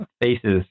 faces